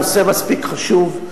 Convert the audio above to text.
הנושא מספיק חשוב.